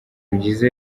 byiza